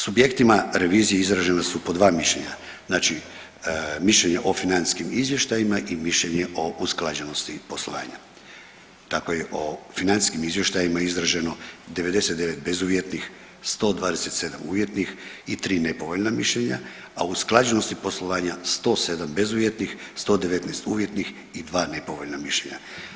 Subjektima revizije izražena su po dva mišljenja, znači mišljenje o financijskim izvještajima i mišljenje o usklađenosti poslovanja, tako je o financijskim izvještajima izraženo 99 bezuvjetnih, 127 uvjetnih i 3 nepovoljna mišljenja, a o usklađenosti poslovanja 107 bezuvjetnih, 119 uvjetnih i 2 nepovoljna mišljenja.